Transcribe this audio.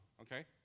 okay